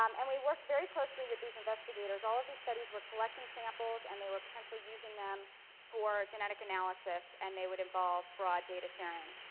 um and we worked very close with these investigators. all of these studies were collecting samples and they were potentially using them for genetic analysis and they would involve broad data sharing.